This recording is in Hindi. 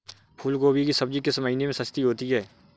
फूल गोभी की सब्जी किस महीने में सस्ती होती है?